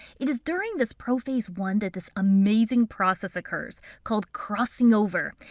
it is during this prophase one that this amazing process occurs called crossing over.